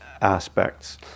aspects